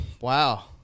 Wow